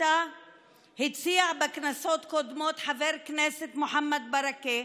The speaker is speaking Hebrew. הציע אותה בכנסות קודמות חבר הכנסת מוחמד ברכה,